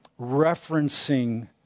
referencing